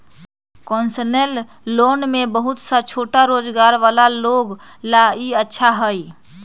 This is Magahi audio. कोन्सेसनल लोन में बहुत सा छोटा रोजगार वाला लोग ला ई अच्छा हई